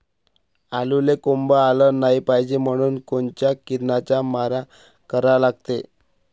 आलूले कोंब आलं नाई पायजे म्हनून कोनच्या किरनाचा मारा करा लागते?